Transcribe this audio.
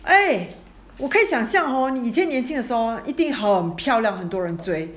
哎我可以想象 hor 你已经年轻的时侯一定很漂亮很多人追